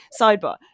sidebar